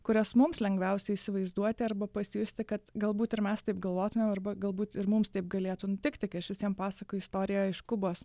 kurias mums lengviausia įsivaizduoti arba pasijusti kad galbūt ir mes taip galvotumėm arba galbūt ir mums taip galėtų nutikti kai aš visiem pasakoju istoriją iš kubos